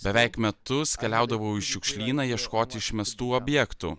beveik metus keliaudavau į šiukšlyną ieškoti išmestų objektų